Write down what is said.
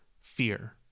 fear